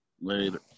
Later